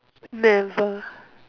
never